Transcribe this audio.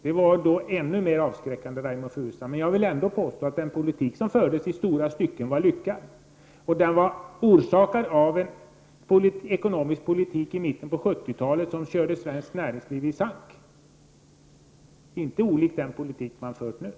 Detta var ännu mer avskräckande, Reynoldh Furustrand. Jag vill ändå påstå att den politik som fördes i stora stycken var lyckad. Den var orsakad av en ekonomisk politik i mitten av 70-talet som hade kört svenskt näringsliv i sank, en politik som inte var olik den politik som drivs nu.